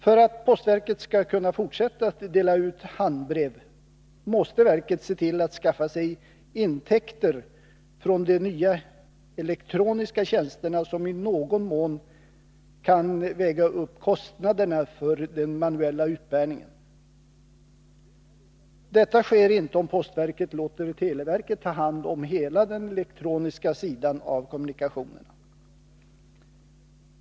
För att postverket skall kunna fortsätta att dela ut handbrev, måste verket se till att skaffa sig intäkter från de nya elektroniska tjänsterna som i någon mån kan väga upp kostnaderna för den manuella utbärningen. Detta sker inte om postverket låter televerket ta hand om hela den elektroniska sidan av kommunikationerna.